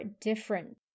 different